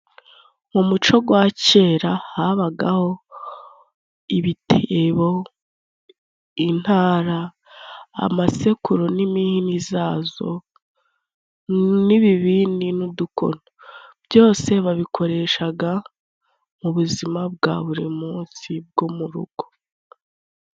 Mu muco gwa kera habagaho ibitebo, intara, amasekuru n'imihini zazo, n' ibibindi n'udukono. Byose babikoreshaga mu buzima bwa buri munsi bwo mu rugo.